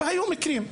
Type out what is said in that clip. והיו מקרים,